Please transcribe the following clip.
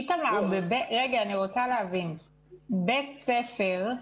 איתמר, אני רוצה להבין, בית ספר,